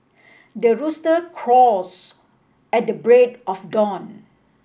the rooster crows at the break of dawn